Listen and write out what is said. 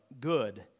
good